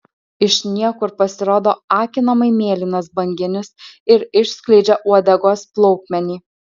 iš niekur pasirodo akinamai mėlynas banginis ir išskleidžia uodegos plaukmenį